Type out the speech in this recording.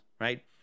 Right